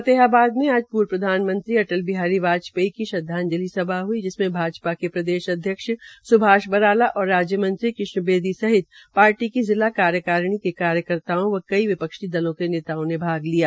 फतेहाबाद में आज पूर्व प्रधानमंत्री अटल बिहारी वाजपेयी का श्रद्वाजंलि सभा हई जिसमें भाजपा के प्रदेश अध्यक्ष सुभाष बराला और राज्यमंत्री कृष्ण बेदी सहित पार्टी की जिला कार्यकारिणी के कार्यकर्ताओं व कई विपक्षी दलों के नेताओ ने भाग लिया